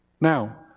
Now